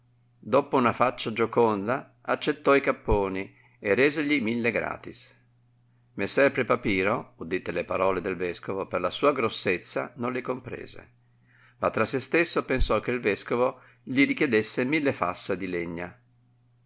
doppo con faccia gioconda accettò i capponi e resegli mille raths messer pre papiro udite le parole del vescovo per la sua grossezza non le comprese ma tra se stesso pensò che il vescovo gli richiedesse mille fassa di legna